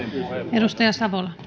arvoisa rouva